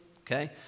Okay